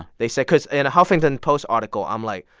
they said because in a huffington post article i'm like,